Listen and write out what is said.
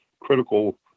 critical